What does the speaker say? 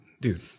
Dude